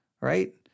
Right